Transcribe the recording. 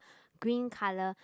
green colour